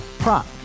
Prop